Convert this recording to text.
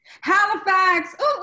Halifax